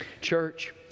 Church